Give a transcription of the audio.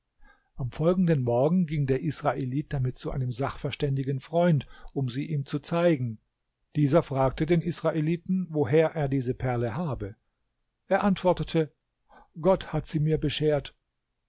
am folgenden morgen ging der israelit damit zu einem sachverständigen freund um sie ihm zu zeigen dieser fragte den israeliten woher er diese perle habe er antwortete gott hat sie mir beschert